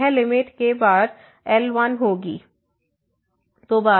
तो यह limit k बार L1होगी